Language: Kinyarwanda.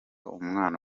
umwana